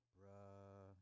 Bruh